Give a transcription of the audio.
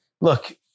Look